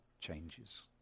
changes